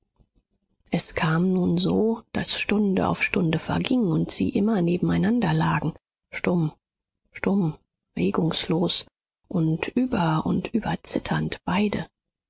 es kam nun so daß stunde auf stunde verging und sie immer nebeneinander lagen stumm stumm regungslos und über und über zitternd beide